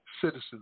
citizens